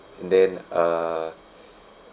and then uh